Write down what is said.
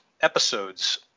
episodes